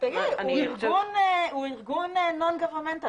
הוא לא ארגון ממשלתי.